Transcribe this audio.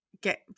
get